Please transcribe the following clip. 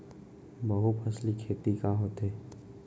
बहुफसली खेती का होथे?